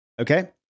Okay